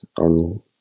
on